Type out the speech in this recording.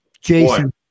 Jason